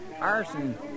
Arson